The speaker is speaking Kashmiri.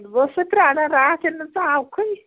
بہٕ ٲسے پیاران راتھ ییٚلہِ نہٕ ژٕ آو کھُے